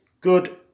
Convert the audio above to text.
good